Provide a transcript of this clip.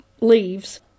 leaves